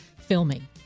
filming